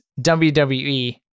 WWE